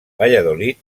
valladolid